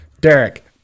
derek